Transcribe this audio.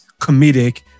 comedic